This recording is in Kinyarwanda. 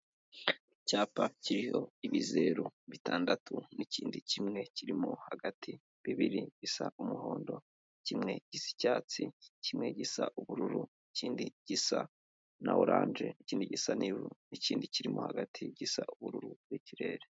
Icyapa kiriho ibizeru bitandatu n'ikindi kimwe kirimo hagati, bibiri bisa umuhondo, kimwe k'icyatsi, kimwe gisa ubururu, ikindi gisa na oranje, ikindi gisa n'ivu, ikindi kirimo hagati gisa ubururu bw'ikirere.